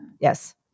Yes